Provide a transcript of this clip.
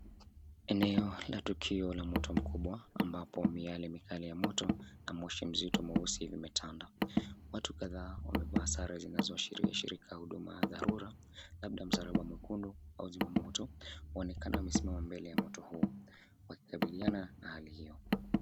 Eneo la tukio la moto mkubwa ambao miale ya moto na moshi mzito mweusi limetanda. Watu kadhaa wamevaa sare zinazoashiria shirika ya huduma ya dharura labda msalaba mwekundu au wazima moto huonekana wamesimama mbele ya moto huo wakikabiliana na hali hiyo.